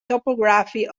topography